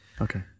Okay